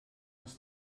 als